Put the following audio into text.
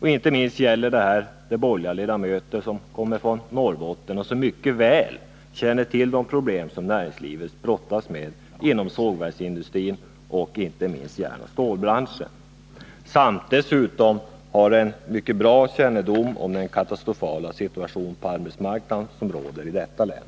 I hög grad gäller detta de borgerliga ledamöter som är från Norrbotten och som mycket väl känner till de problem som man brottas med inom sågverksindustrin och inte minst inom järnoch stålbranschen — ledamöter som dessutom har en mycket god kännedom om den katastrofala situation på arbetsmarknaden som råder i detta län.